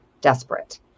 desperate